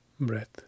Breath